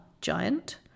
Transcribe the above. giant